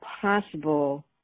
possible